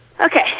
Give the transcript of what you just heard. Okay